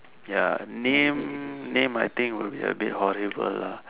ya name name I think will be a bit horrible lah